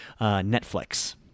Netflix